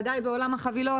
בוודאי בעולם החבילות.